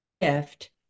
gift